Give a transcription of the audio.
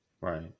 Right